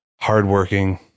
hardworking